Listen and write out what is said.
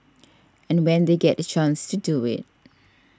and when they get the chance to do it